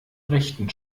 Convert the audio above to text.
rechten